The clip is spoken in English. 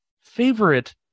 favorite